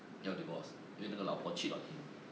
要 divorce 因为那个老婆 cheat on him